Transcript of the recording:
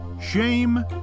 Shame